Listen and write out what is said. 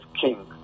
king